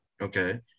Okay